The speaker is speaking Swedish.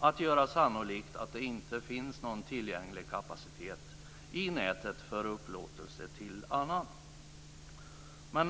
att göra sannolikt att det inte finns någon tillgänglig kapacitet i nätet för upplåtelse till annan.